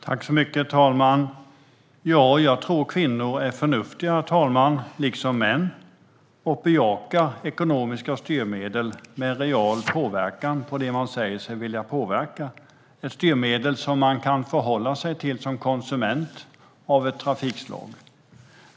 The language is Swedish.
Herr talman! Jag tror att kvinnor är förnuftiga, liksom män, och bejakar ekonomiska styrmedel med en reell påverkan på det man säger sig vilja påverka, styrmedel för ett trafikslag som man kan förhålla sig till som konsument.